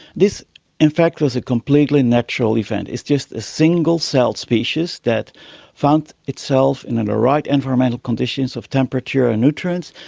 this in fact was a completely natural event, it's just a single-celled species that found itself in the and right environmental conditions of temperature and nutrients.